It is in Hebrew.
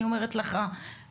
אני אומרת לך,